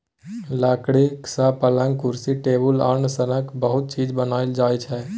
लकड़ी सँ पलँग, कुरसी, टेबुल, अलना सनक बहुत चीज बनाएल जाइ छै